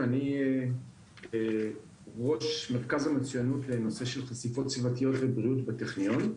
אני ראש מרכז המצוינות לנושא של חשיפות סביבתיות ובריאות בטכניון.